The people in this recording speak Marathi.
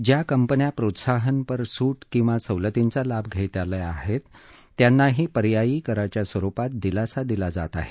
ज्या कंपन्या प्रोत्साहनपर सूट किंवा सवलतींचा लाभ घेत आल्या आहेत त्यांनाही पर्यायी कराच्या स्वरुपात दिलासा दिला जात आहे